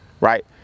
right